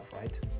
right